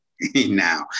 now